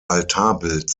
altarbild